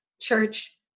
church